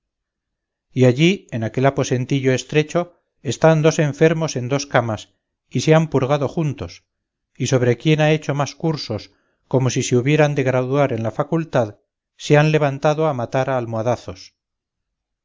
y allí en aquel aposentillo estrecho están dos enfermos en dos camas y se han purgado juntos y sobre quién ha hecho más cursos como si se hubieran de graduar en la facultad se han levantado a matar a almohadazos